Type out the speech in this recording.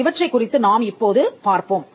இவற்றைக் குறித்து நாம் இப்போது பார்ப்போம்